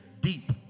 deep